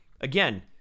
Again